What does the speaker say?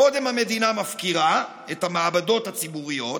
קודם המדינה מפקירה את המעבדות הציבוריות,